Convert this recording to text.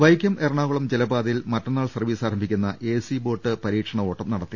വൈക്കം എറണാകുളം ജലപാതയിൽ മറ്റന്നാൾ സർവീസ് ആരംഭിക്കുന്ന എ സി ബോട്ട് പ്രീക്ഷണ ഓട്ടം നടത്തി